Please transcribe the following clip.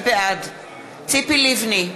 בעד ציפי לבני,